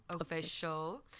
Official